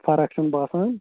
فرق چھِنہٕ باسان